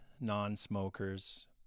non-smokers